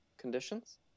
conditions